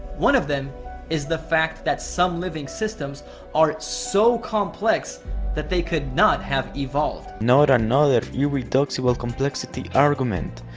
one of them is the fact that some living systems are so complex that they could not have evolved not another irreducible complexity argument